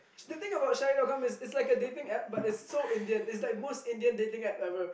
the thing about shadi is it's like a dating app but it's so Indian the most Indian dating app ever